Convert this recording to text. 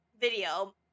video